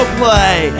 play